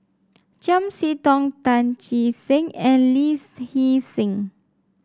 Chiam See Tong Tan Che Sang and Lee Hee Seng